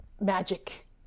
magic